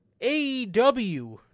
AEW